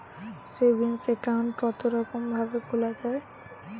Saving account কতরকম ভাবে খোলা য়ায়?